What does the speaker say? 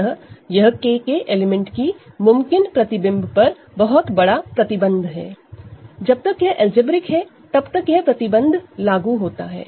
अतः यह K के एलिमेंट की मुमकिन इमेज पर बहुत बड़ा प्रतिबंध है जब तक यह अलजेब्रिक है तब तक यह प्रतिबंध लागू होता है